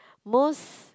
most